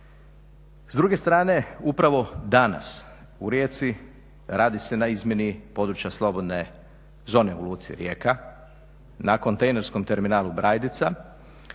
S druge strane upravo danas u Rijeci radi se na izmjeni područja slobodne zone u luci Rijeka na kontejnerskom terminalu Brajdica